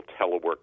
telework